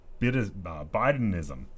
Bidenism